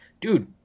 Dude